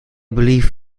believe